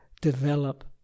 develop